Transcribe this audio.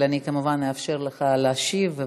אני כמובן אאפשר לך להשיב,